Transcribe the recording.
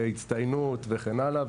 הצטיינות וכן הלאה.